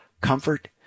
comfort